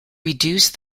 reduce